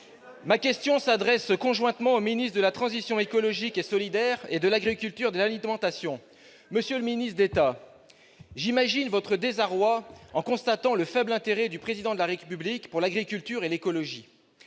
Ma question s'adresse conjointement au ministre d'État, ministre de la transition écologique et solidaire, et au ministre de l'agriculture et de l'alimentation. Monsieur le ministre d'État, j'imagine votre désarroi en constatant le faible intérêt du Président de la République pour l'agriculture et l'écologie.